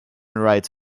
rights